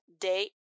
day